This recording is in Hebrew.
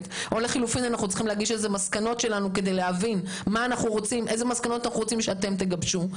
או שנגיש מסקנות שלנו כדי להדריך את הצוות.